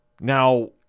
Now